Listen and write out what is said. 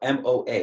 moa